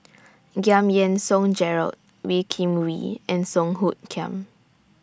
Giam Yean Song Gerald Wee Kim Wee and Song Hoot Kiam